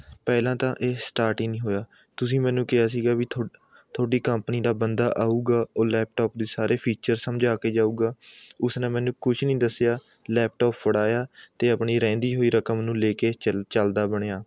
ਪਹਿਲਾਂ ਤਾਂ ਇਹ ਸਟਾਰਟ ਹੀ ਨਹੀਂ ਹੋਇਆ ਤੁਸੀਂ ਮੈਨੂੰ ਕਿਹਾ ਸੀ ਵੀ ਤੁਹਾਡੀ ਕੰਪਨੀ ਦਾ ਬੰਦਾ ਆਵੇਗਾ ਉਹ ਲੈਪਟੋਪ ਦੇ ਸਾਰੇ ਫਿਚਰਜ਼ ਸਮਝਾ ਕੇ ਜਾਵੇਗਾ ਉਸਨੇ ਮੈਨੂੰ ਕੁਛ ਨਹੀਂ ਦੱਸਿਆ ਲੈਪਟੋਪ ਫੜਾਇਆ ਅਤੇ ਆਪਣੀ ਰਹਿੰਦੀ ਹੋਈ ਰਕਮ ਨੂੰ ਲੈ ਕੇ ਚਲਦਾ ਬਣਿਆ